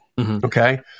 okay